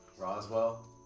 Roswell